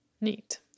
Neat